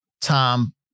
Tom